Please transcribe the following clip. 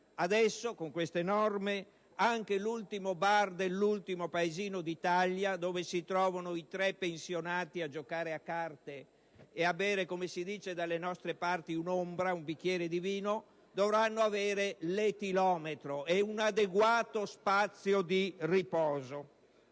Adesso, con queste norme, anche l'ultimo bar dell'ultimo paesino d'Italia, dove si trovano i tre pensionati a giocare a carte e a bere, come si dice dalle nostre parti, un'«ombra», un bicchiere di vino, dovrà avere l'etilometro e un adeguato spazio di riposo.